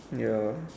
ya